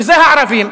שזה הערבים,